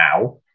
now